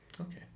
Okay